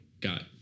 got